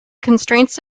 constraints